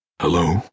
Hello